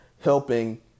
helping